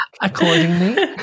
accordingly